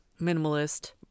minimalist